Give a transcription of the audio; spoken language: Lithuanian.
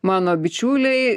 mano bičiuliai